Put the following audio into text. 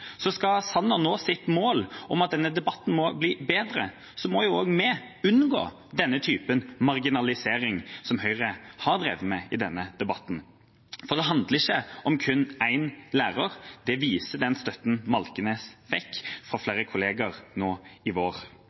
Så skal Sanner nå sitt mål om at denne debatten må bli bedre, må jo også vi unngå denne typen marginalisering som Høyre har drevet med i denne debatten. For det handler ikke om kun én lærer. Det viser den støtten Malkenes fikk fra flere kollegaer nå i vår.